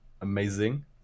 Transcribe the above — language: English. amazing